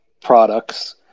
products